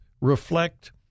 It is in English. reflect